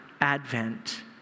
Advent